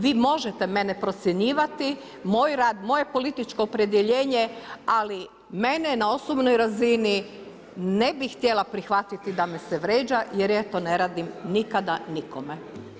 Vi možete mene procjenjivati, moj rad, moje političko opredjeljenje ali mene na osobnoj razini ne bih htjela prihvatiti da me se ne vrijeđa, jer ja to ne radim nikada nikome.